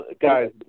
Guys